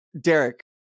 Derek